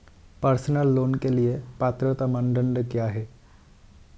Personal loan के लिए पात्रता मानदंड क्या हैं?